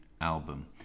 album